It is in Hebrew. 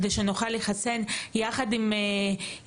דבר אחרון אם אין ברירה באמת,